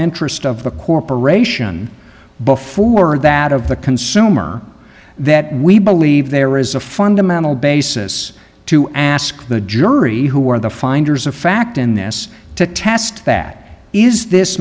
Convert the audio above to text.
interest of the corporation before that of the consumer that we believe there is a fundamental basis to ask the jury who are the finders of fact in this task that is this